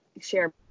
share